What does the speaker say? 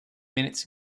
minutes